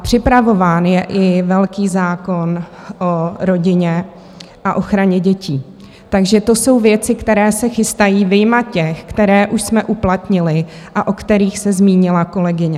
Připravován je i velký zákon o rodině a ochraně dětí, takže to jsou věci, které se chystají, vyjma těch, které už jsme uplatnili a o kterých se zmínila kolegyně.